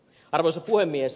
arvoisa puhemies